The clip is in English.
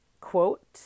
quote